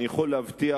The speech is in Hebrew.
אני יכול להבטיח